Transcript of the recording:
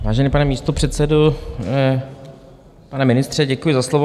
Vážený pane místopředsedo, pane ministře, děkuji za slovo.